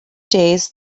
days